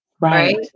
Right